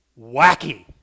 wacky